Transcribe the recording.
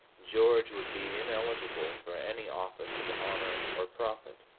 george would be ineligible for any office of honor or profit.